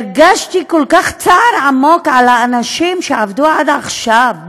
הרגשתי צער כל כך עמוק על האנשים שעבדו עד עכשיו,